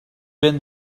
been